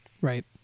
Right